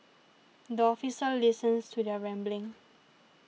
the officer listens to their rambling